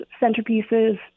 centerpieces